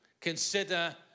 Consider